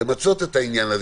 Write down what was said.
למצות את העניין הזה,